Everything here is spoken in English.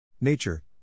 Nature